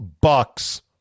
Bucks